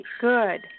good